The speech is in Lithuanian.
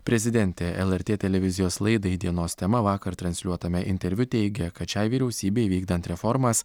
prezidentė lrt televizijos laidai dienos tema vakar transliuotame interviu teigė kad šiai vyriausybei vykdant reformas